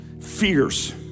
fierce